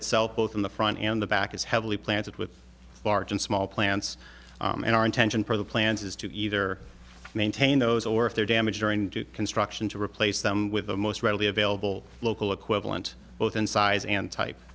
itself both in the front and the back is heavily planted with large and small plants and our intention for the plans is to either maintain those or if they're damaged during construction to replace them with the most readily available local equivalent both in size and type